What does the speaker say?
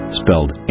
spelled